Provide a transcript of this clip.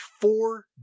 four